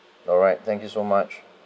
alright thank you so much